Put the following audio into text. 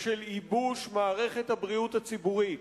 של ייבוש מערכת הבריאות הציבורית.